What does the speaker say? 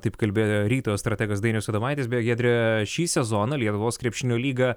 taip kalbėjo ryto strategas dainius adomaitis beje giedre šį sezoną lietuvos krepšinio lyga